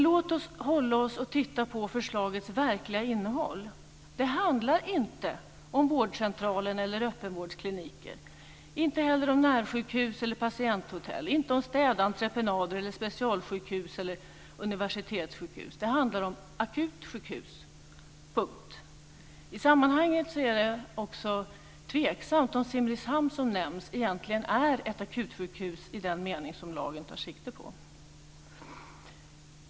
Låt oss titta på förslagets verkliga innehåll. Det handlar inte om vårdcentralen eller öppenvårdskliniker. Det handlar inte heller om närsjukhus eller patienthotell, inte om städentreprenader eller specialsjukhus eller universitetssjukhus. Det handlar om akutsjukhus. Punkt! I sammanhanget är det tveksamt om Simrishamn egentligen är ett akutsjukhus i den mening som lagen tar sikte på.